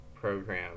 program